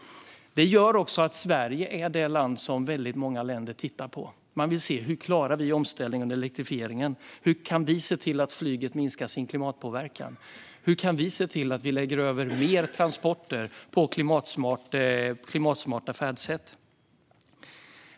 Detta gör att Sverige är ett land som många länder tittar på. De vill se hur vi klarar omställningen och elektrifieringen, hur vi minskar flygets klimatpåverkan och hur vi lägger över mer transporter på klimatsmarta färdsätt.